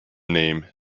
name